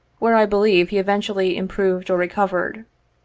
where, i believe, he eventually improved or recovered.